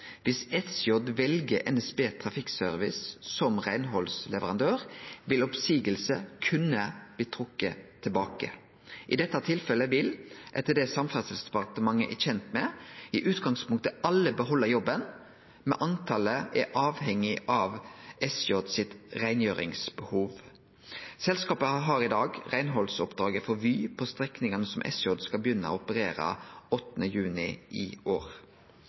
Viss SJ vel NSB Trafikkservice som reinhaldsleverandør, vil oppseiing kunne bli trekt tilbake. I dette tilfellet vil etter det Samferdselsdepartementet er kjent med, i utgangspunktet alle behalde jobben, men talet er avhengig av SJs reingjeringsbehov. Selskapet har i dag reinhaldsoppdraget for Vy på strekningane som SJ skal begynne å operere 8. juni i år.